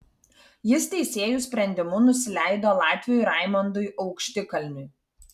jis teisėjų sprendimu nusileido latviui raimondui aukštikalniui